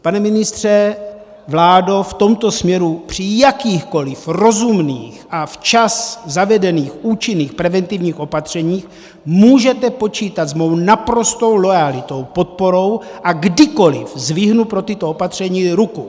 Pane ministře, vládo, v tomto směru při jakýchkoliv rozumných a včas zavedených účinných preventivních opatřeních můžete počítat s mou naprostou loajalitou, podporou a kdykoliv zvednu pro tato opatření ruku.